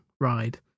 ride